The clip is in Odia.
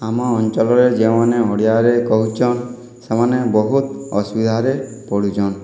ଆମ ଅଞ୍ଚଳରେ ଯେଉଁମାନେ ଓଡ଼ିଆରେ କହୁଛନ୍ ସେମାନେ ବହୁତ୍ ଅସୁବିଧାରେ ପଡ଼ୁଛନ୍